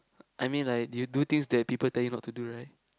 I mean like you do things that people tell you not to do right